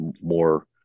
more